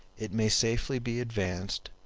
it may safely be advanced,